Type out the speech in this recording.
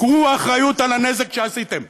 קחו אחריות על הנזק שעשיתם.